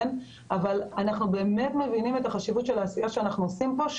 אבל אנחנו באמת מבינים את החשיבות של העשייה שאנחנו עושים פה,